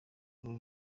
uru